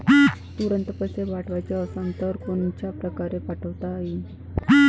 तुरंत पैसे पाठवाचे असन तर कोनच्या परकारे पाठोता येईन?